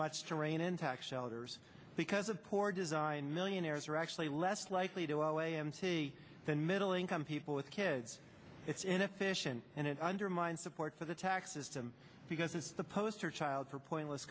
much to reign in tax shelters because of poor design millionaires are actually less likely to go away empty than middle income people with kids it's inefficient and it undermines support for the tax system because it's the poster child for pointless